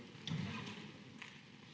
Hvala